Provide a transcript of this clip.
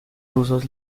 rusos